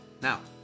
Now